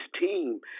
team